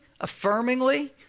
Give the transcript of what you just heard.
affirmingly